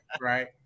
Right